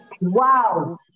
Wow